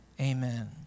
Amen